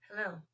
Hello